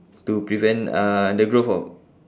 to prevent uh the growth of